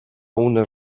unes